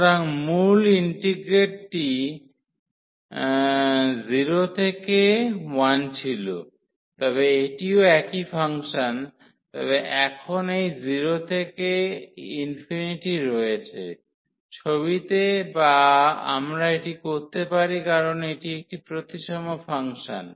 সুতরাং মূল ইন্টিগ্রেটটি 0 থেকে 1 ছিল তবে এটিও একই ফাংশন তবে এখন এই 0 থেকে ∞ রয়েছে ছবিতে বা আমরা এটি করতে পারি কারণ এটি একটি প্রতিসম ফাংশন